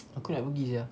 aku nak pergi sia